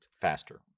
Faster